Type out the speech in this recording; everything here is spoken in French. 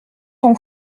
ton